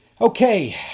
Okay